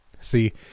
See